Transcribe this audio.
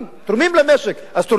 תורמים למשק, אז תורמים למדינה.